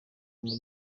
muri